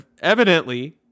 Evidently